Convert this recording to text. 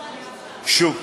קואליציה.